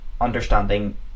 understanding